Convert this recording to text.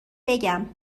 بگم